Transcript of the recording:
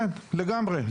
כן, לגמרי.